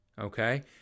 okay